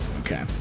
Okay